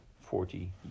forty